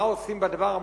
מה עושים בדבר?